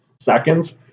seconds